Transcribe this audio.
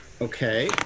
Okay